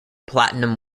platinum